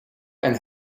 and